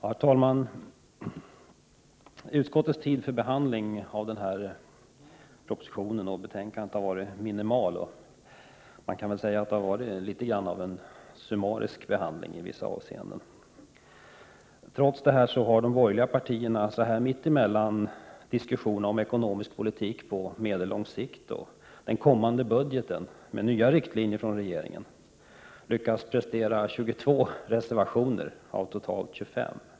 Herr talman! Utskottets tid för behandling har varit minimal, och det har tvingat fram en något summarisk behandling i vissa avseenden. Trots detta har de borgerliga partierna, så här mitt emellan diskussionen om ekonomisk politik på medellång sikt och den kommande budgeten med nya riktlinjer från regeringen, lyckats prestera 22 reservationer av totalt 25.